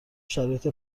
شرایط